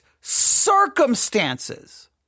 circumstances